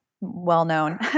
well-known